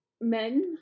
men